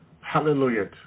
hallelujah